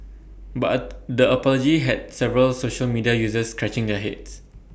but A the apology had several social media users scratching their heads